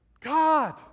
god